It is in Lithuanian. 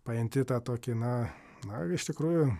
pajunti tą tokį na na iš tikrųjų